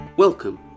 Welcome